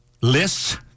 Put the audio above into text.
lists